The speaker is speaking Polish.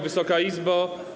Wysoka Izbo!